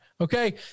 Okay